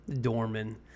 Dorman